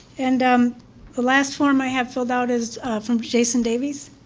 and um the last form i have filled out is from jason davies.